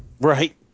Right